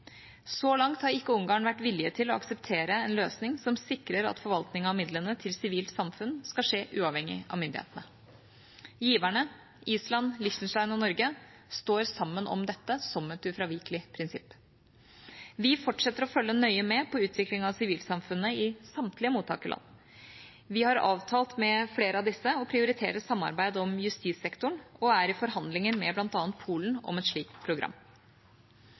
Så langt har ikke Ungarn vært villige til å akseptere en løsning som sikrer at forvaltningen av midlene til sivilt samfunn skal skje uavhengig av myndighetene. Giverne – Island, Liechtenstein og Norge – står sammen om dette som et ufravikelig prinsipp. Vi fortsetter å følge nøye med på utviklingen av sivilsamfunnet i samtlige mottakerland. Vi har avtalt med flere av disse å prioritere samarbeid om justissektoren og er i forhandlinger med bl.a. Polen om et slikt program.